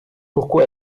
pourquoi